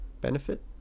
benefit